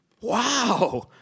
Wow